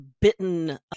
bitten